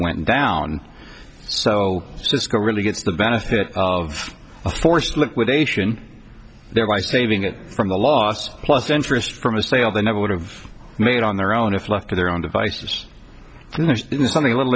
went down so sisko really gets the benefit of the forced liquidation thereby saving it from the loss plus interest from a sale they never would've made on their own if left to their own devices and there's something a little